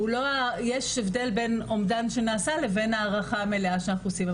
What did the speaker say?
יש הבדל בין אומדן שנעשה לבין הערכה המלאה שאנחנו עושים.